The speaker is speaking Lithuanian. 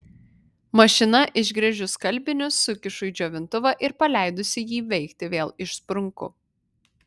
mašina išgręžiu skalbinius sukišu į džiovintuvą ir paleidusi jį veikti vėl išsprunku